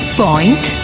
point